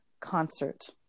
concert